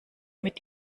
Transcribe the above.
mit